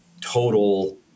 total